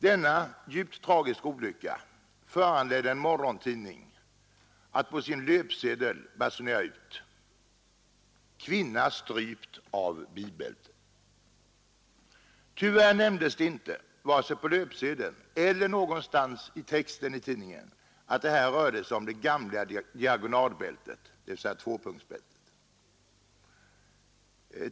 Denna djupt tragiska olycka föranledde en morgontidning att på sin löpsedel basunera ut: ”Kvinna strypt av bilbälte.” Tyvärr nämndes det inte vare sig på löpsedeln eller någonstans i texten i tidningen att det rörde sig om det gamla diagonalbältet, dvs. tvåpunktsbältet.